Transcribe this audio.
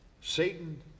Satan